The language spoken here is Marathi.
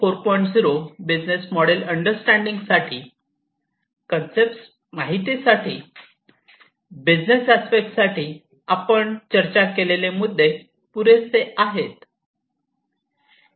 0 बिझनेस मॉडेल्स अंडरस्टँडिंग साठी कन्सेप्ट माहितीसाठी बिझनेस अस्पेक्ट साठी आपण चर्चा केलेले मुद्दे पुरेसे आहेत